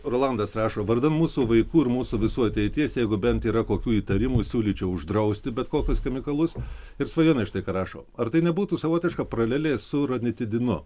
rolandas rašo vardan mūsų vaikų ir mūsų visų ateities jeigu bent yra kokių įtarimų siūlyčiau uždrausti bet kokius chemikalus ir svajonė štai ką rašo ar tai nebūtų savotiška paralelė su ranitidinu